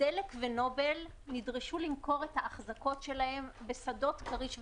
דלק ונובל נדרשו למכור את ההחזקות שלהם בשדות כריש ותנין,